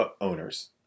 owners